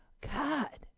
God